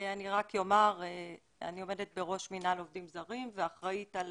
אני עובדת בראש מינהל עובדים זרים, ואחראית על